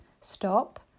Stop